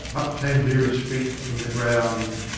up came leary's feet from the ground,